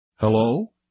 Hello